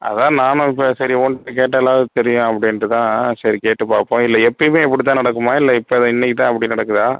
அதுதான் நானும் இப்போ சரி உன்கிட்ட கேட்டாலாவது தெரியும் அப்படின்ட்டு தான் சரி கேட்டுப் பார்ப்போம் இல்லை எப்பயுமே இப்படிதான் நடக்குமா இல்லை இப்போ இன்னைக்குத்தான் இப்படி நடக்குதா